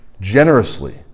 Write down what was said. generously